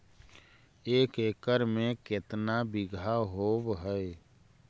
एक एकड़ में केतना बिघा होब हइ?